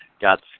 got